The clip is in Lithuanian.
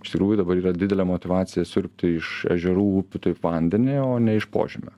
iš tikrųjų dabar yra didelė motyvacija siurbti iš ežerų upių taip vandenį o ne iš požemio